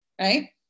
right